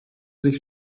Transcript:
sich